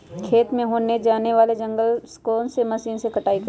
खेत में होने वाले जंगल को कौन से मशीन से कटाई करें?